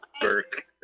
Burke